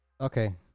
Okay